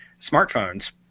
smartphones